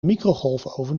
microgolfoven